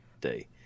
day